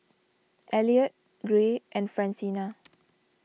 Elliot Gray and Francina